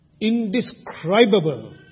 Indescribable